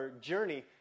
journey